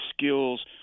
skills